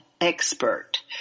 Expert